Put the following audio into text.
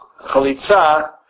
Chalitza